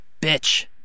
Bitch